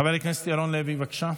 חבר הכנסת ירון לוי, בבקשה.